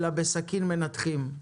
אלא בסכין מנתחים.